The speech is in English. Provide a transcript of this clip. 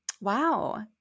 wow